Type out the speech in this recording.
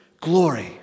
glory